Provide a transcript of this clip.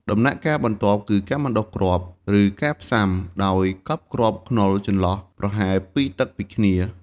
ដំណាក់កាលបន្តគឺការបណ្តុះគ្រាប់ ឬការផ្សាំ ដោយកប់គ្រាប់ខ្នុរចន្លោះប្រហែល ២ តឹកពីគ្នា។